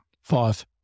Five